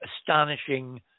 astonishing